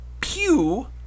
Pew